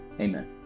Amen